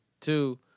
Two